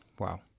Wow